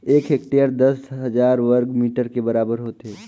एक हेक्टेयर दस हजार वर्ग मीटर के बराबर होथे